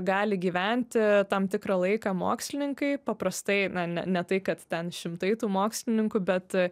gali gyventi tam tikrą laiką mokslininkai paprastai na ne ne tai kad ten šimtai tų mokslininkų bet